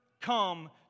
come